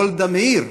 גולדה מאיר.